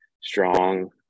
strong